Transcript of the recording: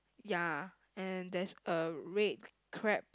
ya and there's a red crab